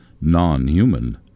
non-human